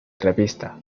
revista